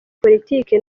politiki